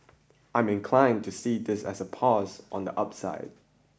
I'm inclined to see this as a pause on the upside